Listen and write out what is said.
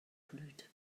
blüht